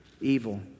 evil